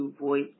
voice